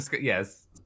yes